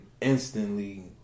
instantly